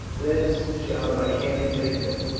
thence shall thy hand take them.